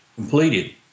completed